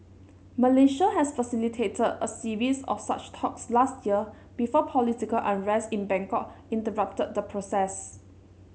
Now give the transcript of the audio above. Malaysia has facilitated a series of such talks last year before political unrest in Bangkok interrupted the process